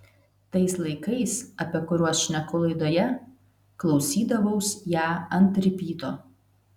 tais laikais apie kuriuos šneku laidoje klausydavaus ją ant ripyto